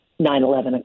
9-11